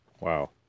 Wow